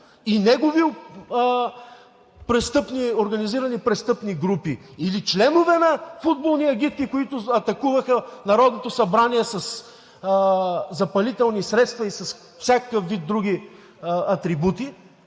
и негови организирани престъпни групи или членове на футболни агитки, които атакуваха Народното събрание със запалителни средства и с всякакъв вид други атрибути,